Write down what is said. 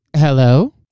Hello